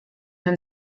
wiem